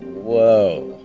whoa.